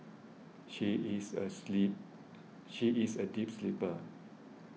she is a sleep she is a deep sleeper